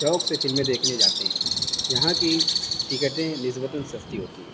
شوق سے فلمیں دیکھنے جاتے ہیں یہاں کی ٹکٹیں نسبتًا سستی ہوتی ہیں